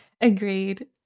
Agreed